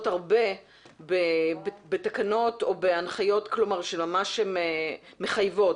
הרבה בתקנות או בהנחיות שממש מחייבות.